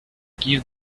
give